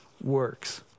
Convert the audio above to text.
works